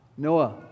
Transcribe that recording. Noah